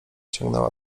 ciągnęła